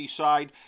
side